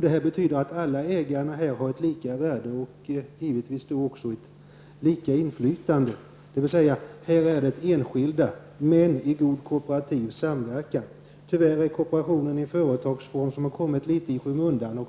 Det betyder att alla ägare har ett lika värde och givetvis också lika inflytande. Det handlar alltså om enskilda, men i god kooperativ samverkan. Tyvärr har kooperationen i företagsform kommit litet grand i skymundan.